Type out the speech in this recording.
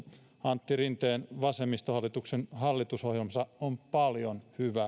antti rinteen vasemmistohallituksen hallitusohjelmassa on paljon hyvää